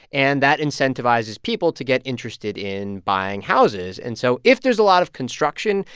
and that incentivizes people to get interested in buying houses. and so if there's a lot of construction,